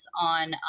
on